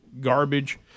garbage